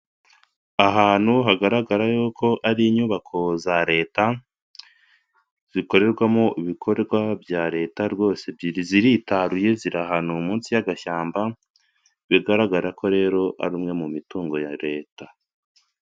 Ahantu hagaragara yuko ko ari inyubako za Leta, zikorerwamo ibikorwa bya Leta rwose ziritaruye, ziri ahanwa munsi y'agashyamba, bigaragara ko rero ari umwe mu mitungo ya Leta.